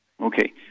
Okay